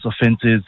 offenses